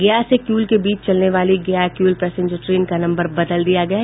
गया से किउल के बीच चलने वाली गया किउल पैसेंजर ट्रेन का नम्बर बदल दिया गया है